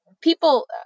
people